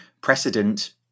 precedent